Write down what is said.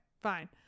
fine